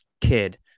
kid